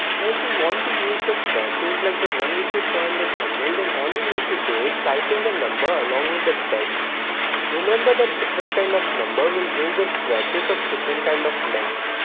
now if you want to use the swashes like the one which you saw in the thumbnail then all you need to do is type in the number along with the text remember that different kind of number will give the swashes of different kind of lengths